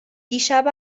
دیشب